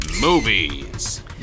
Movies